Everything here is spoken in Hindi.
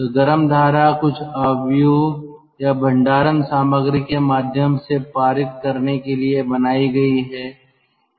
तो गर्म धारा कुछ मैट्रिक्स या भंडारण सामग्री के माध्यम से पारित करने के लिए बनाई गई है